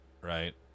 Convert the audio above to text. right